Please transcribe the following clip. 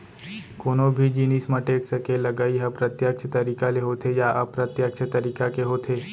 कोनो भी जिनिस म टेक्स के लगई ह प्रत्यक्छ तरीका ले होथे या अप्रत्यक्छ तरीका के होथे